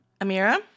Amira